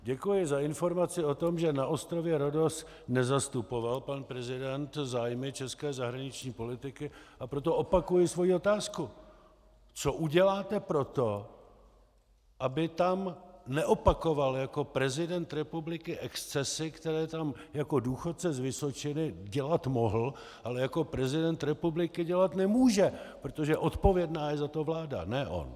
Děkuji za informaci o tom, že na ostrově Rhodos nezastupoval pan prezident zájmy české zahraniční politiky, a proto opakuji svoji otázku: Co uděláte pro to, aby tam neopakoval jako prezident republiky excesy, které tam jako důchodce z Vysočiny dělat mohl, ale jako prezident republiky dělat nemůže, protože odpovědná je za to vláda, ne on: